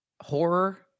horror